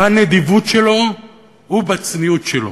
בנדיבות שלו ובצניעות שלו.